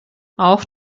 auch